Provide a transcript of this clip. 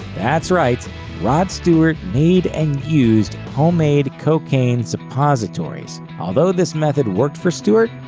that's right rod stewart made and used homemade cocaine suppositories. although this method worked for stewart,